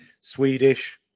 Swedish